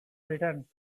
return